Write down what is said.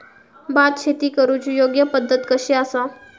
भात शेती करुची योग्य पद्धत कशी आसा?